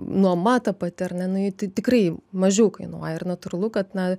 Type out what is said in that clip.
nuoma ta pati ar ne nu ji ti tikrai mažiau kainuoja ir natūralu kad na